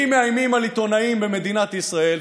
אם מאיימים על עיתונאים במדינת ישראל,